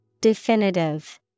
Definitive